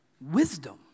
Wisdom